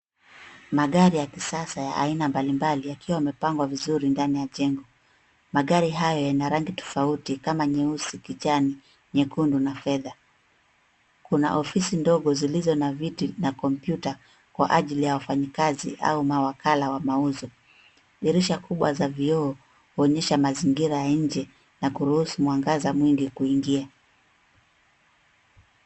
Magari ya kisasa ya aina mbalimbali yakiwa yamepangwa vizuri ndani ya jengo. Magari haya yana rangi tofauti kama nyeusi, kijani, nyekundu na fedha. Kuna ofisi ndogo zilizo na viti na kompyuta kwa ajili ya wafanyakazi au mawakala wa mauzo. Dirisha kubwa za vioo huonyesha mazingira ya nje na kuruhusu mwangaza mwingi kuingia.